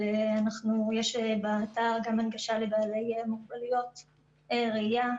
אבל יש באתר גם הנגשה לבעלי מוגבלויות ראייה,